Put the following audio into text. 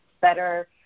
better